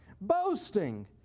boasting